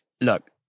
Look